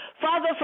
Father